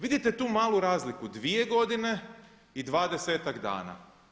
Vidite tu malu razliku, dvije godine i dvadesetak dana.